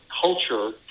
culture